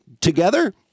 together